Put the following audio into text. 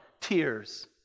tears